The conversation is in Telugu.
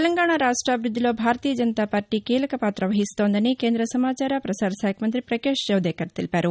తెలంగాణ రాష్టాభివృద్దిలో భారతీయ జనతా పార్టీ కీలక పాత వహిస్తోందని కేంద్ర సమాచార ప్రసార శాఖ మంత్రి ప్రకాష్ జవదేకర్ తెలిపారు